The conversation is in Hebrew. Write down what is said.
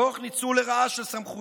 תוך ניצול לרעה של סמכויותיו.